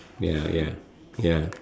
ya ya ya